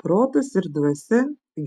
protas ir dvasia